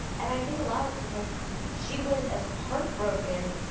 and i think a lot of it's because she was as heartbroken